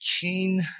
king